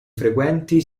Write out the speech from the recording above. frequenti